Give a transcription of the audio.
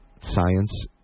science